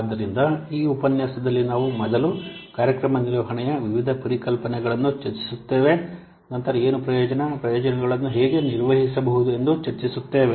ಆದ್ದರಿಂದ ಈ ಉಪನ್ಯಾಸದಲ್ಲಿ ನಾವು ಮೊದಲು ಕಾರ್ಯಕ್ರಮ ನಿರ್ವಹಣೆಯ ವಿವಿಧ ಪರಿಕಲ್ಪನೆಗಳನ್ನು ಚರ್ಚಿಸುತ್ತೇವೆ ನಂತರ ಏನು ಪ್ರಯೋಜನ ಪ್ರಯೋಜನಗಳನ್ನು ಹೇಗೆ ನಿರ್ವಹಿಸಬಹುದು ಎಂದು ಚರ್ಚಿಸುತ್ತೇವೆ